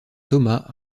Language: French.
thomas